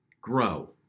grow